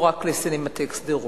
לא רק לסינמטק שדרות.